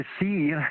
see